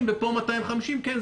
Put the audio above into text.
פה 250 ופה 250 ואומרים: כן,